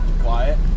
quiet